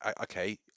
okay